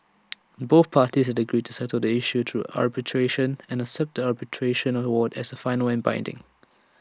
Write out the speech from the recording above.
both parties had agreed to settle the issue through arbitration and accept the arbitration award as final and binding